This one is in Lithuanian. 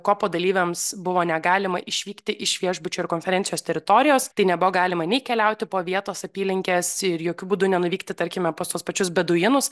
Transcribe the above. kopo dalyviams buvo negalima išvykti iš viešbučio ir konferencijos teritorijos tai nebuvo galima nei keliauti po vietos apylinkes ir jokiu būdu ne nuvykti tarkime pas tuos pačius beduinus